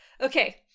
okay